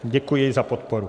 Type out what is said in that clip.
Děkuji za podporu.